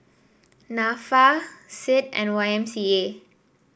NAFA CID and Y M C A